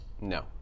No